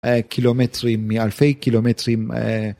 אה... קילומטרים... מאלפי קילומטרים... אה...